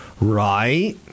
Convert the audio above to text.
Right